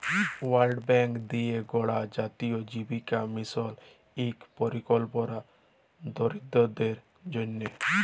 world Bank দিঁয়ে গড়া জাতীয় জীবিকা মিশল ইক পরিকল্পলা দরিদ্দরদের জ্যনহে